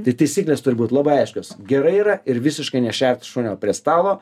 tai taisyklės turi būti labai aiškios gerai yra ir visiškai nešert šunio prie stalo